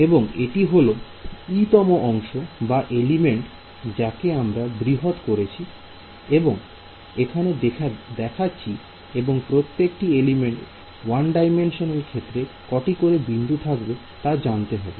এবং এটি হলো e তম অংশ বা এলিমেন্ট যাকে আমরা বৃহৎ করছি এবং এইখানে দেখাচ্ছি এবং প্রত্যেকটি এলিমেন্ট 1D র ক্ষেত্রে কটি করে বিন্দু থাকবে তা জানতে হবে